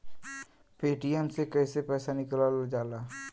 Paytm से कैसे पैसा निकलल जाला?